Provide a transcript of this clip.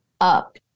up